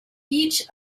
each